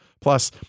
Plus